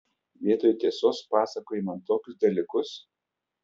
vietoj tiesos pasakoji man tokius dalykus